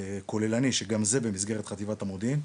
כוללני שגם זה במסגרת חטיבת המודיעין,